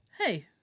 Hey